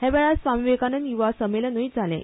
हया वेळार स्वामी विवेकानंद युवा संमेलनूय जालें